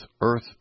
earth